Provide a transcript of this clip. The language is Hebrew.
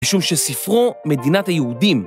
‫משום שספרו, מדינת היהודים.